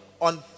on